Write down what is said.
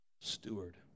steward